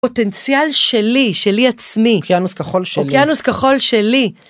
פוטנציאל שלי, שלי עצמי, אוקיינוס כחול שלי, אוקיינוס כחול שלי.